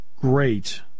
great